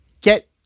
get